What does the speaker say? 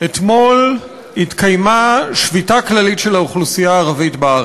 אתמול התקיימה שביתה כללית של האוכלוסייה הערבית בארץ,